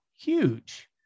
huge